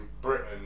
Britain